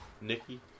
Nikki